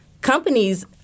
companies